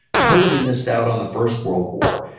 totally missed out on the first world war.